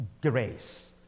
grace